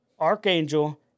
Archangel